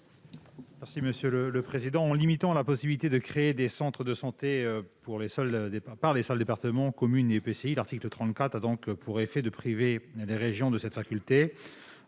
n° 660 rectifié. En limitant la possibilité de créer des centres de santé aux seuls départements, communes et EPCI, l'article 34 a pour effet de priver les régions de cette faculté.